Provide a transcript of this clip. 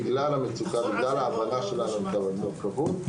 בגלל ההבנה של המורכבות.